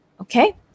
Okay